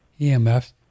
EMFs